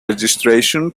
registration